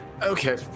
Okay